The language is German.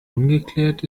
ungeklärt